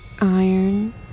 iron